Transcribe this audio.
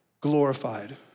glorified